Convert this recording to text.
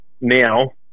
now